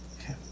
okay